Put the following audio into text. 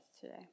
today